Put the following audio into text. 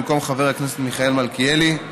במקום חבר הכנסת מיכאל מלכיאלי,